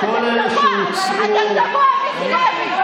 אתה תאפשר לנו להיכנס בשבוע הבא?